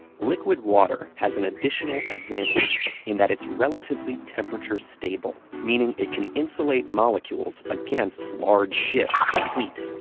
liquid water has an additional advantage in that it's relatively temperature-stable, meaning it can insulate molecules against large shifts in heat.